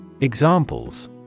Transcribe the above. Examples